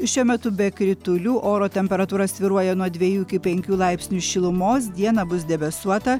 šiuo metu be kritulių oro temperatūra svyruoja nuo dviejų iki penkių laipsnių šilumos dieną bus debesuota